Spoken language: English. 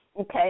Okay